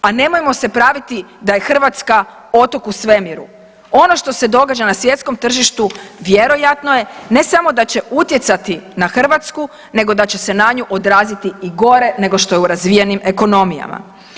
A nemojmo se praviti da je Hrvatska otok u svemiru, ono što se događa na svjetskom tržištu vjerojatno je ne samo da će utjecati na Hrvatsku nego da će se na nju odraziti i gore nego što je u razvijenim ekonomijama.